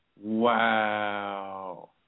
Wow